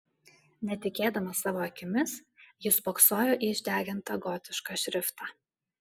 netikėdamas savo akimis jis spoksojo į išdegintą gotišką šriftą